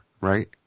right